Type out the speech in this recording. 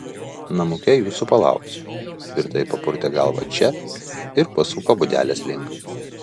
namuke jūsų palauksiu tvirtai papurtė galvą če ir pasuko būdelės link